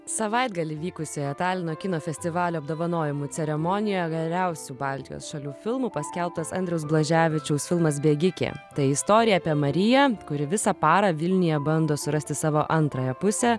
savaitgalį vykusioje talino kino festivalio apdovanojimų ceremonijoje geriausiu baltijos šalių filmu paskelbtas andriaus blaževičiaus filmas bėgikė tai istorija apie mariją kuri visą parą vilniuje bando surasti savo antrąją pusę